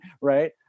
right